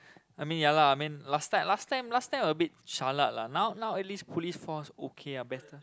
I mean ya lah I mean last time last time last time a bit jialat lah now now at least Police Force okay ah better